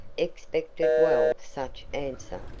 expected well such answer,